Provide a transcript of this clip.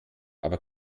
aber